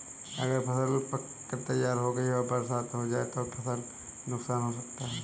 अगर फसल पक कर तैयार हो गई है और बरसात हो जाए तो क्या फसल को नुकसान हो सकता है?